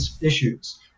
issues